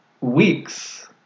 weeks